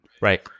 right